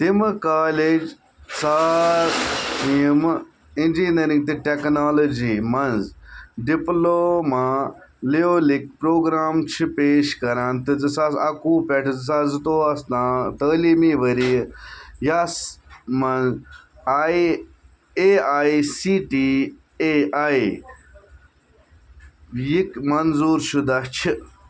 تِم کالج ژھانڈ یِم اِنٛجِنیٚرِنٛگ اینٛڈ ٹیکنالوجی مَنٛز ڈِپلوما لیولُک پروگرام چھِ پیش کران تہٕ زٕ ساس اَکوُہ پٮ۪ٹھٕ زٕ ساس زٕ تووُہَس تعلیٖمی ؤرۍ یَس مَنٛز I A I C T A I یِک منظور شُدہ چھِ